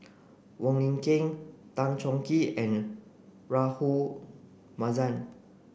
Wong Lin Ken Tan Choh Tee and Rahayu Mahzam